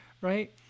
Right